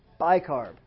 Bicarb